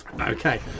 Okay